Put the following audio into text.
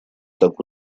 так